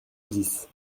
dix